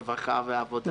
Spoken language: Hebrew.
הרווחה והשירותים החברתיים.